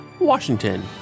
Washington